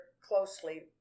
closely